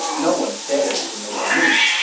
no one dared to make a move.